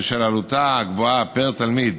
ובשל עלותה הגבוהה פר תלמיד